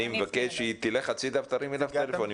אני מבקש שהיא תלך הצידה ותרים אליו טלפון.